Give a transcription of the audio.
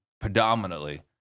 predominantly